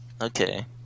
Okay